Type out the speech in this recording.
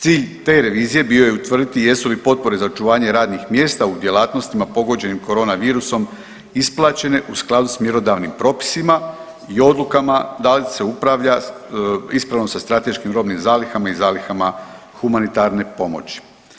Cilj te revizije bio je utvrditi jesu li potpore za očuvanje radnih mjesta u djelatnostima pogođenim koronavirusom isplaćene u skladu s mjerodavnim propisima i odlukama da li se upravlja ispravno sa strateškim robnim zalihama i zalihama humanitarne pomoći.